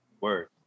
Word